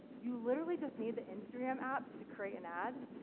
you literally just need the instagram app to create an ad.